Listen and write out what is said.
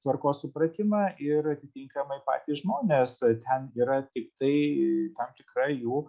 tvarkos supratimą ir atitinkamai patys žmonės ten yra tiktai tam tikra jų